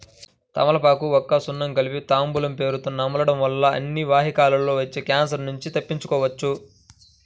తమలపాకు, వక్క, సున్నం కలిపి తాంబూలం పేరుతొ నమలడం వల్ల అన్నవాహికలో వచ్చే క్యాన్సర్ నుంచి తప్పించుకోవచ్చు